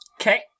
Okay